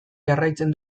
jarraitzen